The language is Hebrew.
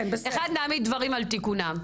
נעמיד דברים על תיקונים.